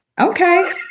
Okay